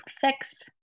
fix